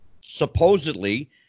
supposedly